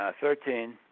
Thirteen